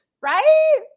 Right